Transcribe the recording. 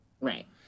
Right